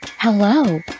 Hello